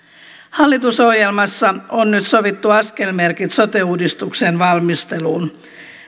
hallitusohjelmassa on nyt sovittu askelmerkit sote uudistuksen valmisteluun